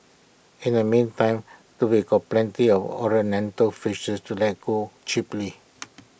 in the meantime plenty of ornamental fishes to let go cheaply